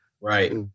Right